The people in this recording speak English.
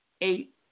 eight